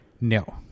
no